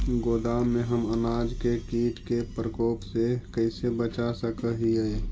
गोदाम में हम अनाज के किट के प्रकोप से कैसे बचा सक हिय?